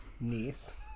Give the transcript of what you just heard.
niece